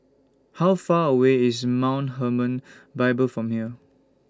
How Far away IS Mount Hermon Bible from here